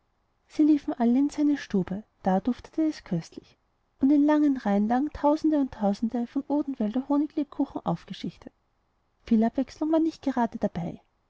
sie liefen alle in seine stube da duftete es köstlich und in langen reihen lagen tausende und tausende von odenwälder honiglebkuchen aufgeschichtet viel abwechselung war grade nicht dabei